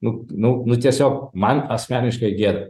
nu nu nu tiesiog man asmeniškai gėda